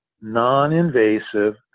non-invasive